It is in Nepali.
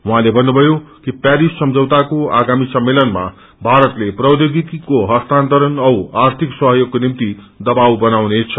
उहाँले भन्नुभयो कि परिस सम्झौताको आगामी सम्मेलनमा भारत प्रौध्योगिकीको हस्तान्तरण औ आर्थिक सहयोगको निम्ति दवाव बनाउनेछ